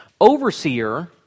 Overseer